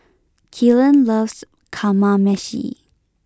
Kylan loves Kamameshi